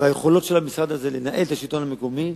וביכולת שלו לנהל את השלטון המקומי,